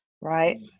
right